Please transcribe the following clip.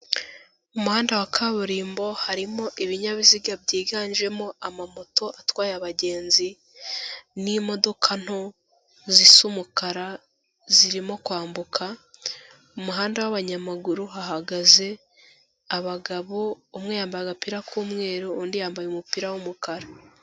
Umuhanda wa kaburimbo, harimo ibinyabiziga byiganjemo amamoto atwaye abagenzi n'imodoka nto zisa umukara zirimo kwambuka, umuhanda w'abanyamaguru hahagaze abagabo, umwe yambaye agapira k'umweru, undi yambaye umupira w'umukara.